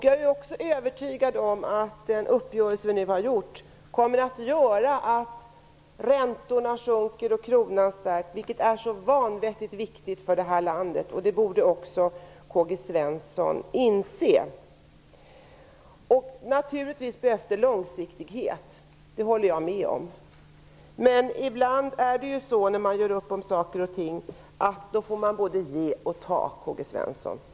Jag är också övertygad om att den uppgörelse som vi nu har träffat kommer att innebära att räntorna sjunker och kronan stärks, vilket är vanvettigt viktigt för det här landet. Det borde också Karl-Gösta Svenson inse. Naturligtvis behövs det långsiktighet. Det håller jag med om. Men ibland när man gör upp om saker och ting får man både ge och ta, Karl-Gösta Svenson!